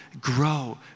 grow